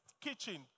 kitchen